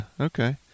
Okay